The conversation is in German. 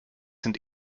sind